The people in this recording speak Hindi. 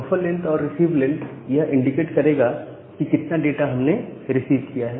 बफर लेंथ और रिसीव लेंथ यह इंडिकेट करेगा कि कितना डाटा हम ने रिसीव किया है